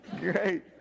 Great